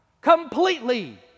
completely